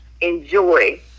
enjoy